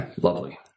lovely